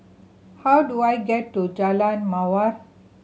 how do I get to Jalan Mawar